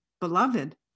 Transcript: beloved